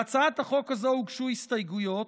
להצעת החוק הזאת הוגשו הסתייגויות,